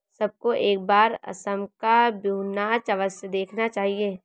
सबको एक बार असम का बिहू नाच अवश्य देखना चाहिए